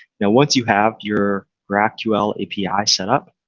now, once you have your graphql api set up,